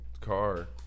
car